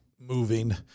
moving